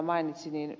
kun ed